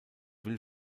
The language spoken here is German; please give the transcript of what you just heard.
will